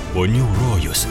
ponių rojus